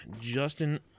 Justin